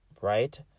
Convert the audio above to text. right